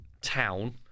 town